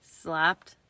slapped